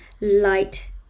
light